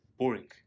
Boring